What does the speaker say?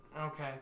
Okay